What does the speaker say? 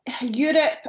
Europe